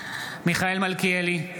בהצבעה מיכאל מלכיאלי,